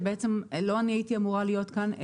לא אני הייתי אמורה להיות כאן,